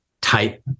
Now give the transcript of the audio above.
type